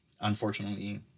unfortunately